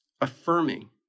affirming